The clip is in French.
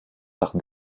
par